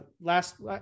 last